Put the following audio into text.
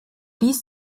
dies